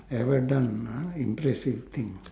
ever done ah impressive thing